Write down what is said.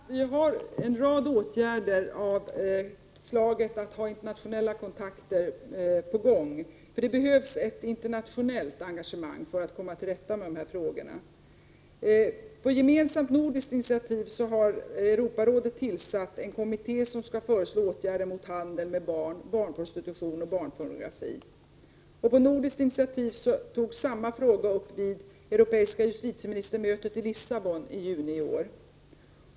Herr talman! Jag kanske skall nämna en rad åtgärder som är på gång i fråga om internationella kontakter. Det behövs ju ett internationellt engagemang för att komma till rätta med de här frågorna. På gemensamt nordiskt initiativ har Europarådet tillsatt en kommitté som skall föreslå åtgärder mot handel med barn, barnprostitution och barnpornografi. På nordiskt initiativ togs samma fråga upp vid det europeiska justitieministermötet i Lissabon i juni i år.